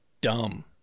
dumb